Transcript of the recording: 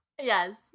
Yes